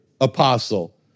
Apostle